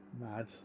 mad